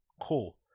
cool